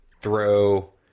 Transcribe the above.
throw